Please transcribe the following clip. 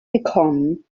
become